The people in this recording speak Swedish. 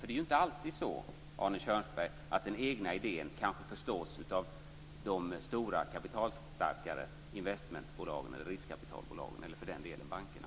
Det är ju inte alltid så, Arne Kjörnsberg, att den egna idén förstås av de stora kapitalstarkare investmentbolagen, riskkapitalbolagen eller för den delen bankerna.